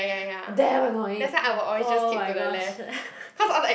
damn annoying oh my gosh